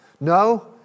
No